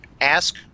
ask